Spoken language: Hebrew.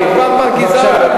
התשובה מרגיזה אותו.